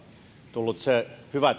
tullut se hyvä